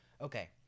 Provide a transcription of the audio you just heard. okay